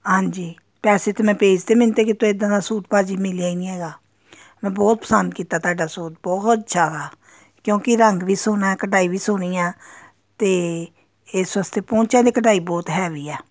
ਹਾਂਜੀ ਪੈਸੇ ਤਾਂ ਮੈਂ ਭੇਜਤੇ ਮੈਨੂੰ ਤਾਂ ਕਿਤੋਂ ਇੱਦਾਂ ਦਾ ਸੂਟ ਭਾਅ ਜੀ ਮਿਲਿਆਂ ਹੀ ਨਹੀਂ ਹੈਗਾ ਮੈਂ ਬਹੁਤ ਪਸੰਦ ਕੀਤਾ ਤੁਹਾਡਾ ਸੂਟ ਬਹੁਤ ਜ਼ਿਆਦਾ ਕਿਉਂਕਿ ਰੰਗ ਵੀ ਸੋਹਣਾ ਕਢਾਈ ਵੀ ਸੋਹਣੀ ਆ ਅਤੇ ਇਸ ਵਾਸਤੇ ਪੋਂਚਿਆਂ ਦੀ ਕਢਾਈ ਬਹੁਤ ਹੈਵੀ ਆ